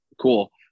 cool